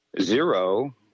zero